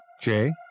Jay